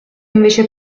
invece